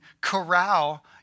corral